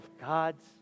God's